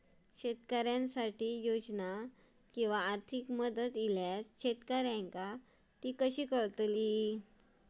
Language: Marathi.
शेतकऱ्यांसाठी योजना किंवा आर्थिक मदत इल्यास शेतकऱ्यांका ता कसा कळतला?